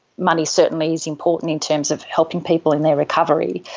money certainly is important in terms of helping people in their recovery.